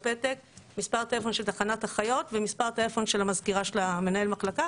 מספר טלפון של תחנת אחיות ומספר טלפון של המזכירה של מנהל המחלקה